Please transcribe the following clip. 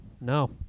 No